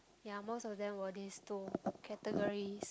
ya most of them were these two categories